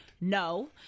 No